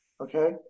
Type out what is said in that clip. Okay